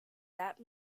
that